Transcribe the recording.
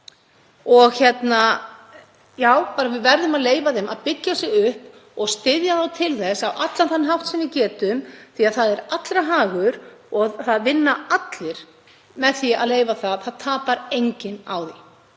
að gera það sama. Við verðum að leyfa þeim að byggja sig upp og styðja þá til þess á allan þann hátt sem við getum því að það er allra hagur og það vinna allir með því að leyfa þeim það. Það tapar enginn á því.